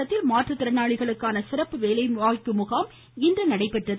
தேனி தேனி மாவட்டத்தில் மாற்றுத்திறனாளிகளுக்கான சிறப்பு வேலைவாய்ப்பு முகாம் இன்று நடைபெற்றது